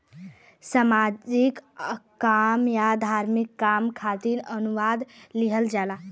सामाजिक काम या धार्मिक काम खातिर अनुदान दिहल जाला